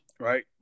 right